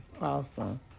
Awesome